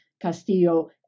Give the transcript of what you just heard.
Castillo